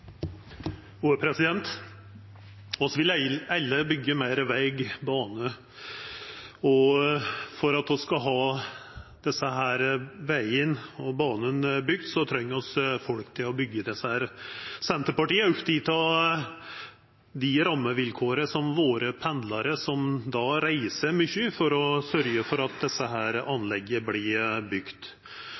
vil alle byggja meir veg og bane. Men for at vi skal få desse vegane og banene bygde, treng vi folk til å byggja dei. Senterpartiet er oppteke av rammevilkåra til pendlarane våre, som reiser mykje for å sørgja for at desse